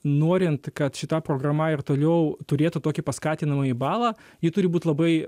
norint kad šita programa ir toliau turėtų tokį paskatinamąjį balą ji turi būt labai